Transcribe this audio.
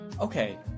Okay